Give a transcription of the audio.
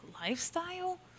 lifestyle